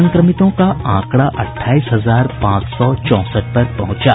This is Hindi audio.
संक्रमितों का आंकड़ा अठाईस हजार पांच सौ चौसठ पर पहुंचा